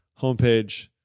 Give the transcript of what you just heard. Homepage